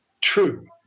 true